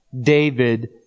David